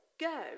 go